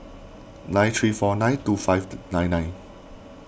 nine three four three two five nine nine